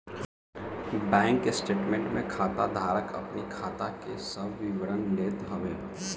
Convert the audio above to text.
bank statement में खाता धारक अपनी खाता के सब विवरण लेत हवे